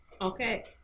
Okay